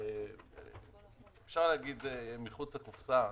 אפשר להגיד מחוץ לקופסה,